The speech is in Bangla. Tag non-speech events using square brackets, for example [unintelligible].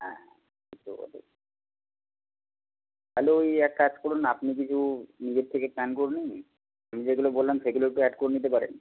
হ্যাঁ [unintelligible] তাহলে ওই এক কাজ করুন আপনি কিছু নিজের থেকে প্ল্যান করে নিন আমি যেগুলো বললাম সেগুলোও একটু অ্যাড করে নিতে পারেন